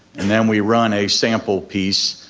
and then we run a sample piece,